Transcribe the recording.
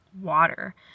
water